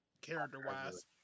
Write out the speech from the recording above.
character-wise